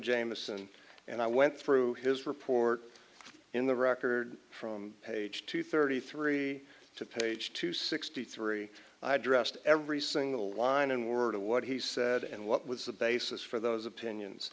jamieson and i went through his report in the record from page two thirty three to page two sixty three i dressed every single line in word of what he said and what was the basis for those opinions